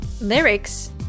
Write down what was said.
lyrics